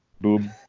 boom